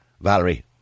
Valerie